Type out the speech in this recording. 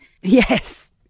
Yes